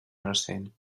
recent